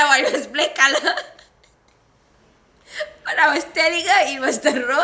[what] it's black colour what I was telling her it was the road